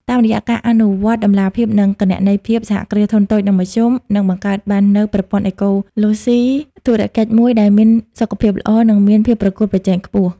តាមរយៈការអនុវត្តតម្លាភាព និងគណនេយ្យភាព សហគ្រាសធុនតូច និងមធ្យម នឹងបង្កើតបាននូវប្រព័ន្ធអេកូឡូស៊ីធុរកិច្ចមួយដែលមានសុខភាពល្អ និងមានភាពប្រកួតប្រជែងខ្ពស់។